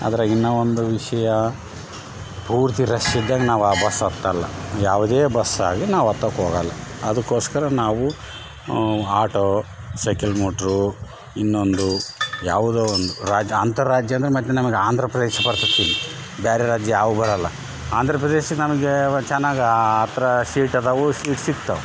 ಆದರೆ ಇನ್ನ ಒಂದು ವಿಷಯ ಪೂರ್ತಿ ರಶ್ ಇದ್ದಾಗ ನಾವು ಆ ಬಸ್ ಹತ್ತಲ್ಲ ಯಾವುದೇ ಬಸ್ ಆಗಲಿ ನಾವು ಹತ್ತಾಕ್ಕೆ ಹೋಗಲ್ಲ ಅದಕ್ಕೋಸ್ಕರ ನಾವು ಆಟೋ ಸೈಕೆಲ್ ಮೋಟ್ರು ಇನ್ನೊಂದು ಯಾವುದೋ ಒಂದು ರಾಜ ಅಂತರಾಜ್ಯ ಅಂದ್ರೆ ಮತ್ತೆ ನಮ್ಗೆ ಆಂಧ್ರಪ್ರದೇಶ ಬರ್ತತಿ ಬೇರೆ ರಾಜ್ಯ ಯಾವು ಬರಲ್ಲಾ ಆಂಧ್ರಪ್ರದೇಶ ನಮಗೆ ವ ಚೆನ್ನಾಗಿ ಆಥ್ರ ಸೀಟ್ ಅದಾವು ಸೀಟ್ ಸಿಗ್ತಾವು